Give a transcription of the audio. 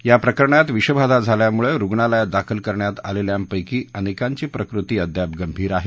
या प्रकरणात विषबाधा झाल्यामुळं रुग्णालयात दाखल करण्यात आलेल्यांपैकी अनेकांची प्रकृती अधाप गंभीर आहे